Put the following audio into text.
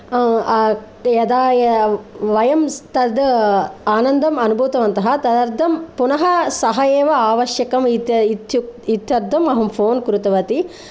यदा वयं स्तद् आनन्दम् अनुभूतवन्तः तदर्थं पुनः सः एव आवश्यकम् इत्यर्थम् अहं फोन् कृतवती